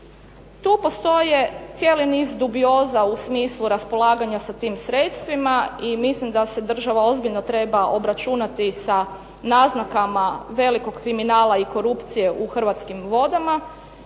Tu postoje cijeli niz dubioza u smislu raspolaganja sa tim sredstvima i mislim da se država ozbiljno treba obračunati sa naznakama velikog kriminala i korupcije u Hrvatskim vodama.